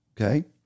Okay